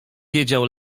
wiedział